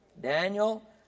Daniel